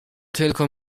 tylko